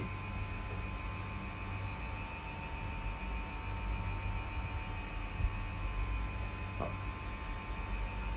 uh